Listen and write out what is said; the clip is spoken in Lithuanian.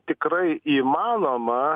tikrai įmanoma